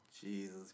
jesus